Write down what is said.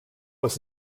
was